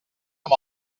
amb